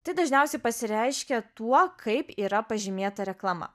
tai dažniausiai pasireiškia tuo kaip yra pažymėta reklama